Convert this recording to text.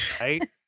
Right